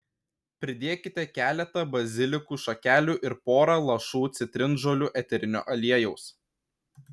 pridėkite keletą bazilikų šakelių ir pora lašų citrinžolių eterinio aliejaus